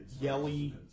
yelly